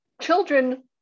Children